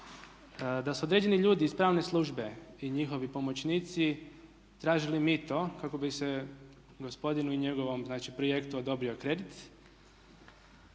da su određeni ljudi iz pravne službe i njihovi pomoćnici tražili mito kako bi se gospodinu i njegovom znači projektu odobrio kredit.